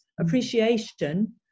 appreciation